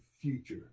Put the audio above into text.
future